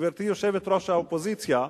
גברתי יושבת-ראש האופוזיציה,